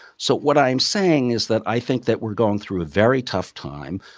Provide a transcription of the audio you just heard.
so what i am saying is that i think that we're going through a very tough time.